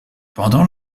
pendant